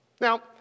Now